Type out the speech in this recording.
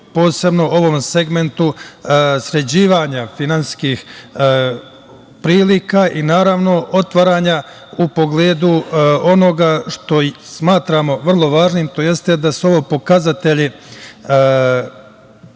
posebno u ovom segmentu sređivanja finansijskih prilika i, naravno, otvaranja u pogledu onoga što smatramo vrlo važnim, tj. da su ovo pokazatelji